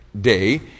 day